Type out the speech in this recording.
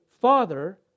Father